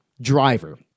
driver